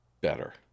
better